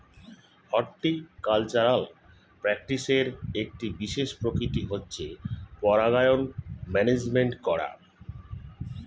horticultural প্র্যাকটিসের একটি বিশেষ প্রকৃতি হচ্ছে পরাগায়ন ম্যানেজমেন্ট করা